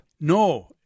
No